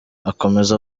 akomeza